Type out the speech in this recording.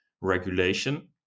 regulation